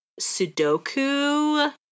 Sudoku